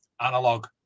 analog